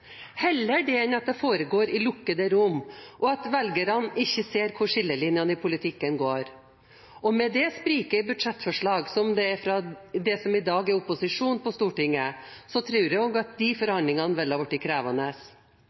heller det enn at det foregår i lukkede rom, og at velgerne ikke ser hvor skillelinjene i politikken går. Med det spriket i budsjettforslag fra det som i dag er opposisjonen på Stortinget, tror jeg også de forhandlingene ville ha blitt krevende. Nå får vi et statsbudsjett som kan bidra til flere jobber, til bedre velferd og